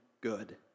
good